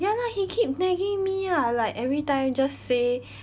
ya lah he keep nagging me ah like every time just say